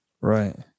Right